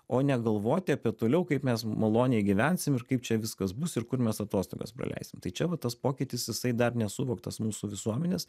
o ne galvoti apie toliau kaip mes maloniai gyvensim ir kaip čia viskas bus ir kur mes atostogas praleisim tai čia va tas pokytis jisai dar nesuvoktas mūsų visuomenės